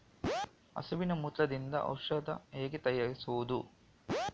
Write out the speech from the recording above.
ಹಸುವಿನ ಮೂತ್ರದಿಂದ ಔಷಧ ಹೇಗೆ ತಯಾರಿಸುವುದು?